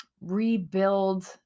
rebuild